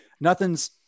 nothing's